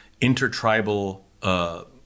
Intertribal